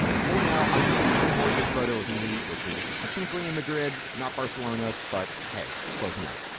for now, i'm just going to import this photo of me which is technically in madrid, not barcelona, but hey, close enough.